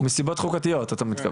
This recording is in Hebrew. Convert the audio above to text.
מסיבות חוקתיות אתה מתכוון?